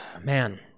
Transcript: man